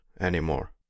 anymore